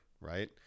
right